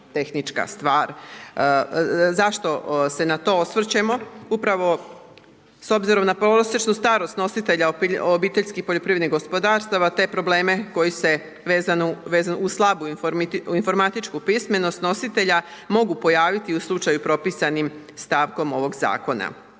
Zašto se na to osvrćemo? Upravo s obzirom na prosječnu starost nositelja OPG-ova, te probleme koji se vezano uz slabu informatičku pismenost nositelja mogu pojaviti u slučaju propisanim stavkom ovog Zakona.